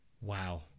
Wow